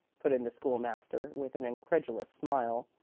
put in the school-master, with an incredulous smile.